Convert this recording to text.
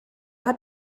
hat